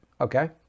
okay